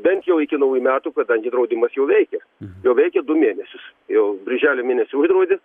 bent jau iki naujų metų kadangi draudimas jau veikia jau veikia du mėnesius jau birželio mėnesį uždraudė